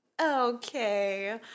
Okay